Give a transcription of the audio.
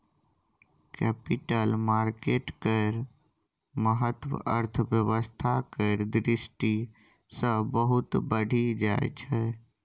capital market केर महत्व अर्थव्यवस्था केर दृष्टि सँ बहुत बढ़ि जाइ छै